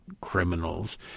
criminals